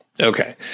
Okay